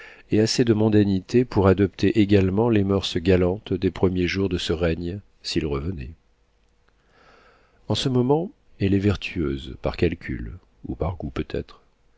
et assez de mondanité pour adopter également les moeurs galantes des premiers jours de ce règne s'il revenait en ce moment elle est vertueuse par calcul ou par goût peut-être